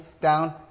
down